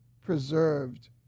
preserved